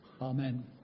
Amen